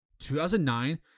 2009